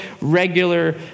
regular